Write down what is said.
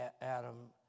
Adam